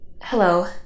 Hello